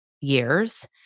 years